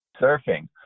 Surfing